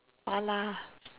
mala